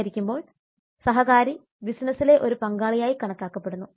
സഹകരിക്കുമ്പോൾ സഹകാരി ബിസിനസ്സിലെ ഒരു പങ്കാളിയായി കണക്കാക്കപ്പെടുന്നു